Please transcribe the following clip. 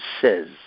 says